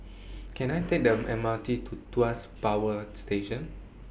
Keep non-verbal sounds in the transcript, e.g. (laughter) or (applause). (noise) Can I Take The M R T to Tuas Power Station